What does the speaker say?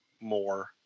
More